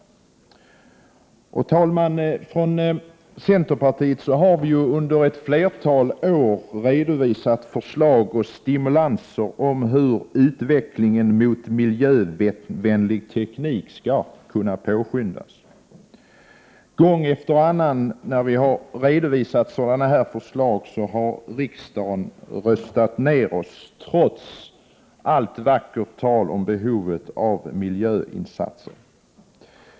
Herr talman! Från centerpartiet har vi under ett flertal år redovisat förslag till stimulanser för att utvecklingen mot miljövänlig teknik skall kunna påskyndas. Gång efter annan när vi har redovisat sådana här förslag har riksdagen röstat emot oss, trots allt vackert tal om behovet av miljöinsatser.